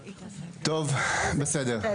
טוב, בסדר.